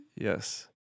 yes